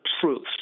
truth